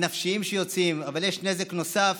ועל הנזקים הנפשיים שיוצאים, אבל יש נזק נוסף,